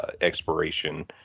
expiration